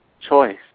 choice